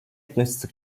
относится